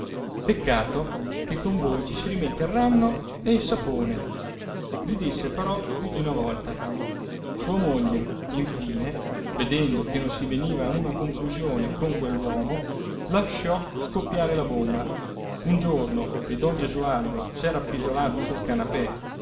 peccato che con voi ci si rimette il ranno e il sapone gli disse però più di una volta sua moglie infine vedendo che non si veniva a una conclusione con quell'uomo lasciò scoppiare la bomba un giorno che don gesualdo s'era appisolato sul canapè